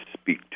speak